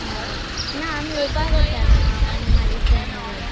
आं ना आमी येवपा सोदताली हांव आनी म्हागे फ्रेंड बीन